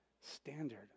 standard